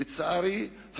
לצערי,